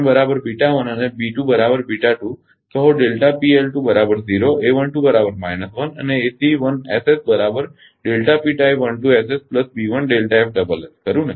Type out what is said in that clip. case 1 માટે અને કહો અને ખરુ ને